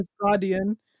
guardian